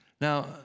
Now